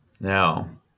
Now